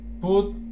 put